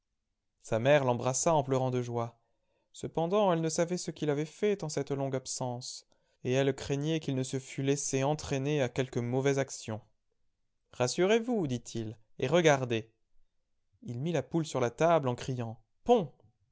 sa mère l'embrassa en pleurant de joie cependant elle ne savait ce qu'il avait fait en cette longue absence et elle craignait qu'il ne se fût laissé entraîner à quelque mauvaise action rassurez-vous dit-il et regardez il mit la poule sur la table en criant